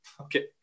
Okay